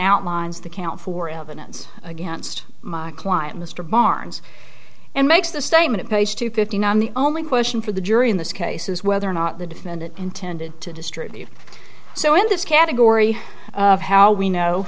outlines the count for evidence against my client mr barnes and makes the statement page two fifty nine the only question for the jury in this case is whether or not the defendant intended to distribute so in this category of how we know